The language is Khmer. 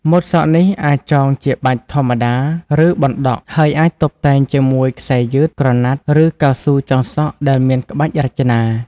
ម៉ូតសក់នេះអាចចងជាបាច់ធម្មតា ឬបណ្ដក់ ហើយអាចតុបតែងជាមួយខ្សែយឺត ក្រណាត់ ឬកៅស៊ូចងសក់ដែលមានក្បាច់រចនា។